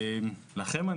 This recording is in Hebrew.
לכם,